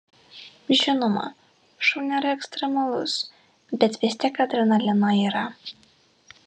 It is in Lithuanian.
žinoma šou nėra ekstremalus bet vis tiek adrenalino yra